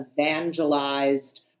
evangelized